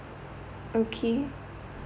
okay